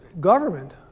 government